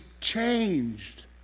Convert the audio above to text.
changed